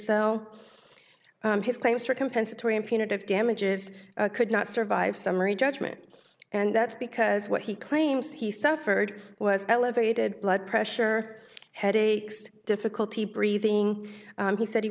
cell his claims for compensatory and punitive damages could not survive summary judgment and that's because what he claims he suffered was elevated blood pressure headaches difficulty breathing he said he